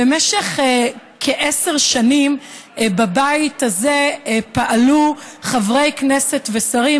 במשך כעשר שנים פעלו בבית הזה חברי כנסת ושרים,